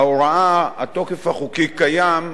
ההוראה, התוקף החוקי קיים,